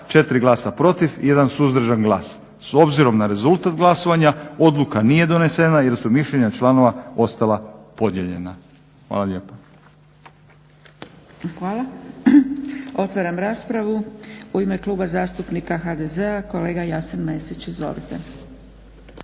za, 4 glasa protiv i jedan suzdržan glas. S obzirom na rezultat glasovanja odluka nije donesena jer su mišljenja članova ostala podijeljena. Hvala lijepa.